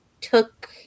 took